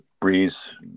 breeze